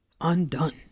undone